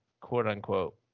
quote-unquote